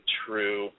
true